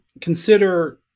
consider